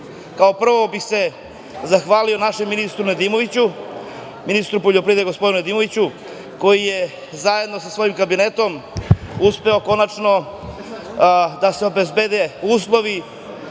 prvo bih se zahvalio našem ministru poljoprivrede, gospodinu Nedimoviću, koji je zajedno sa svojim Kabinetom uspeo konačno da se obezbede uslovi